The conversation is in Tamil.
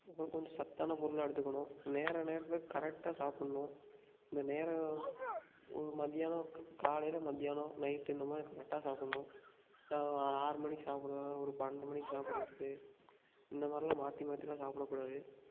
அப்புறம் கொஞ்சம் சத்தான பொருளாக எடுத்துக்கணும் நேர நேரத்துக்கு கரெக்டாக சாப்பிட்ணும் இந்த நேரம் ஒரு மத்தியானம் காலையில் மத்தியானம் நைட்டு இந்தமாதிரி கரெக்டாக சாப்பிட்ணும் இல்லை ஒரு ஆ ஆறு மணிக்கு சாப்பிட்றது ஒரு பன்னெண்டு மணிக்கு சாப்பிட்றது இந்தமாதிரியெல்லாம் மாற்றி மாற்றிலாம் சாப்பிடக்கூடாது